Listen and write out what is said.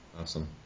Awesome